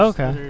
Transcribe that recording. Okay